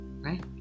right